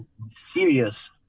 serious